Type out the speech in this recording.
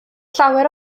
llawer